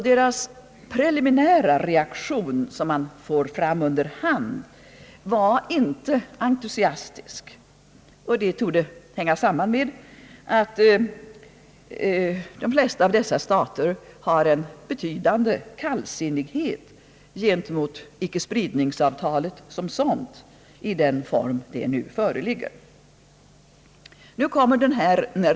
Deras preliminära reaktion som man får fram under hand var inte entusiastisk. Det torde hänga samman med att de flesta av dessa stater har en betydande kallsinnighet gentemot icke-spridnings-avtalet som sådant, i den form det nu föreligger.